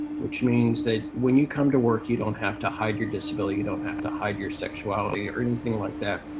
which means that when you come to work, you don't have to hide your disability. you don't have to hide your sexuality or anything like that.